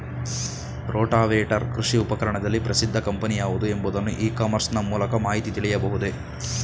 Rotavator ಕೃಷಿ ಉಪಕರಣದಲ್ಲಿ ಪ್ರಸಿದ್ದ ಕಂಪನಿ ಯಾವುದು ಎಂಬುದನ್ನು ಇ ಕಾಮರ್ಸ್ ನ ಮೂಲಕ ಮಾಹಿತಿ ತಿಳಿಯಬಹುದೇ?